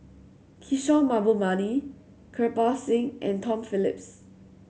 Kishore Mahbubani Kirpal Singh and Tom Phillips